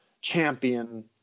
champion